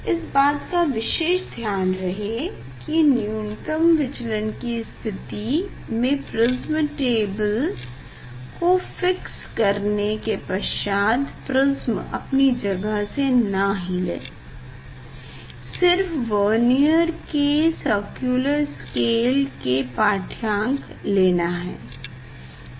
इस बात का विशेष ध्यान रहे कि न्यूनतम विचलन कि स्थिति में प्रिस्म टेबल को फिक्स करने के पश्चात प्रिस्म अपनी जगह से ना हिले सिर्फ वर्नियर के सर्क्युलर स्केल के पाढ़यांक लेना है